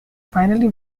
finally